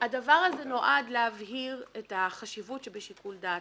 הדבר הזה נועד להבהיר את החשיבות שבשיקול דעת.